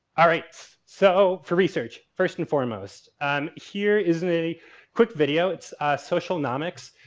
alright, so for research first and foremost um here is a quick video, it's socialnomics.